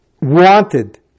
wanted